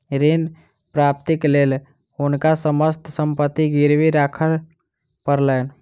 ऋण प्राप्तिक लेल हुनका समस्त संपत्ति गिरवी राखय पड़लैन